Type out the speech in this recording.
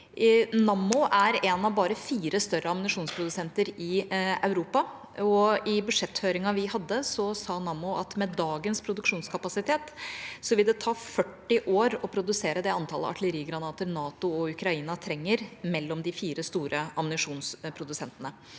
Nammo er en av bare fire større ammunisjonsprodusenter i Europa, og i budsjetthøringen vi hadde, sa Nammo at med dagens produksjonskapasitet vil det ta 40 år å produsere det antallet artillerigranater NATO og Ukraina trenger mellom de fire store ammunisjonsprodusentene.